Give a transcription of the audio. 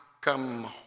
come